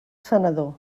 senador